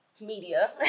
media